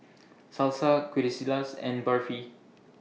Salsa and Barfi